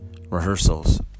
rehearsals